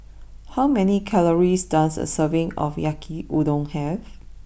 how many calories does a serving of Yaki Udon have